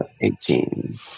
Eighteen